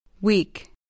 Week